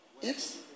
Yes